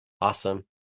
Awesome